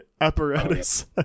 apparatus